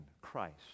Christ